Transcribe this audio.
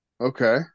Okay